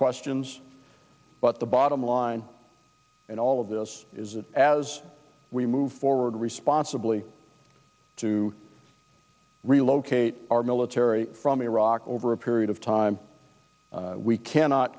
questions but the bottom line in all of this is that as we move forward responsibly to relocate our military from iraq over a period of time we cannot